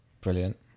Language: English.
brilliant